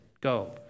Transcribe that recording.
go